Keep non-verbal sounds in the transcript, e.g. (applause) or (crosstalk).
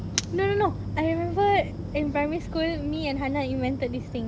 (noise) no no no I remember in primary school me and hannah invented this thing